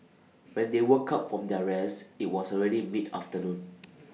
when they woke up from their rest IT was already mid afternoon